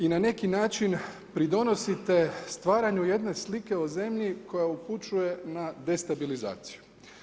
I na neki način pridonosite stvaranju jedne slike o zemlji koja upućuje na destabilizaciju.